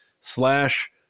slash